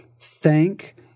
thank